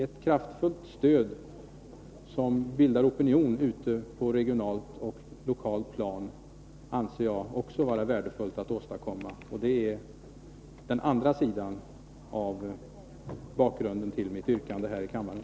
Ett kraftfullt stöd som bildar opinion för åtgärder på det regionala och lokala planet anser jag vara värdefullt att åstadkomma. Det är den andra sidan av bakgrunden till mitt yrkande här i kammaren.